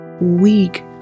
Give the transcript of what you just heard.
weak